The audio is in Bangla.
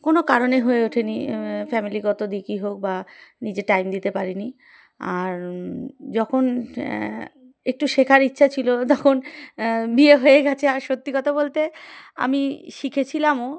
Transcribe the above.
কোনো কারণে হয়ে ওঠেনি ফ্যামিলিগত দিকই হোক বা নিজে টাইম দিতে পারিনি আর যখন একটু শেখার ইচ্ছা ছিল তখন বিয়ে হয়ে গেছে আর সত্যি কথা বলতে আমি শিখেছিলামও